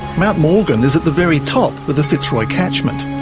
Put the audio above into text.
mount morgan is at the very top of the fitzroy catchment,